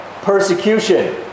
persecution